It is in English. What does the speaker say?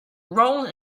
role